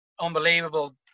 unbelievable